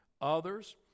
others